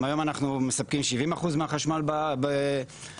אם היום אנחנו מספקים 70% מהחשמל בארץ,